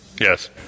Yes